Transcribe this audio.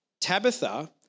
Tabitha